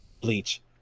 bleach